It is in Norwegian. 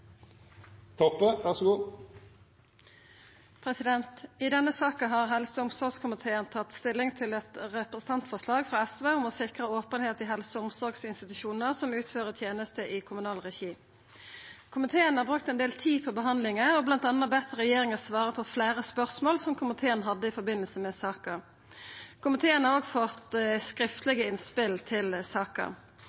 omsorgskomiteen tatt stilling til eit representantforslag frå SV om å sikra openheit i helse- og omsorgsinstitusjonar som utfører tenester i kommunal regi. Komiteen har brukt ein del tid på behandlinga og har bl.a. bedt regjeringa svara på fleire spørsmål som komiteen hadde i samband med saka. Komiteen har også fått